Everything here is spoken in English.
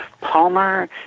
Palmer